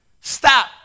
Stop